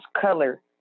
color